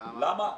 למה?